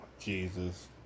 Jesus